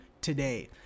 today